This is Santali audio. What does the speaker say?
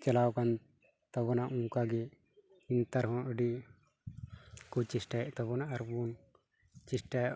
ᱪᱟᱞᱟᱣ ᱟᱠᱟᱱ ᱛᱟᱵᱚᱱᱟ ᱚᱱᱠᱟ ᱜᱮ ᱱᱮᱛᱟᱨ ᱦᱚᱸ ᱟᱹᱰᱤ ᱠᱚ ᱪᱮᱥᱴᱟᱭᱮᱫ ᱛᱟᱵᱚᱱᱟ ᱟᱨᱵᱚᱱ ᱪᱮᱥᱴᱟᱭ